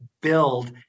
build